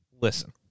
listen